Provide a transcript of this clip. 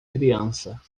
criança